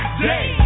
day